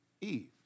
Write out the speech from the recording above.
Eve